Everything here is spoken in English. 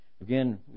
Again